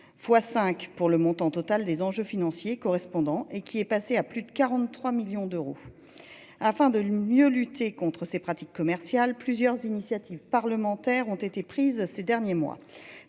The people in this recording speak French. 5 pour le montant total des enjeux financiers correspondants et qui est passé à plus de 43 millions d'euros. Afin de mieux lutter contre ces pratiques commerciales plusieurs initiatives parlementaires ont été prises ces derniers mois,